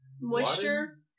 Moisture